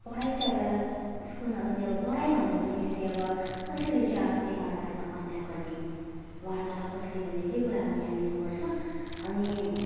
पढाइ चाहिँ अब स्कुलमा पनि अब पढाइभन्दा पनि बेसी अब कसरी चाहिँ आफ् एकअर्कासँग कन्ट्याक गर्ने वार्तालाप कसरी गर्ने त्यो कुरामा ध्यान दिनु पर्छ अनि